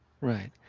Right